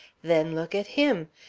then, look at him!